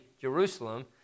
Jerusalem